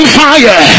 fire